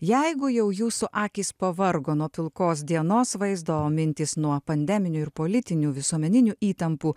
jeigu jau jūsų akys pavargo nuo pilkos dienos vaizdo o mintys nuo pandeminių ir politinių visuomeninių įtampų